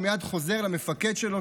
הוא מייד חוזר למפקד שלו,